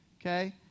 Okay